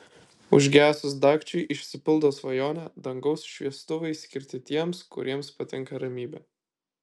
užgesus dagčiui išsipildo svajonė dangaus šviestuvai skirti tiems kuriems patinka ramybė